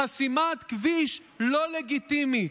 חסימת כביש לא לגיטימית".